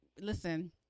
listen